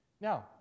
Now